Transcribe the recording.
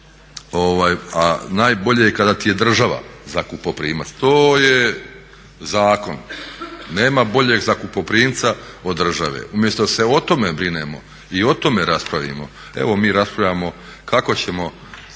a najbolje je kada ti je država zakupoprimac, to je zakon. Nema boljeg zakupoprimca od države. Umjesto da se o tome brinemo i o tome raspravimo, evo mi raspravljamo kako ćemo